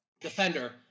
Defender